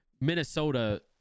Minnesota